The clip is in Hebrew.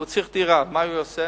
הוא צריך דירה, מה הוא יעשה?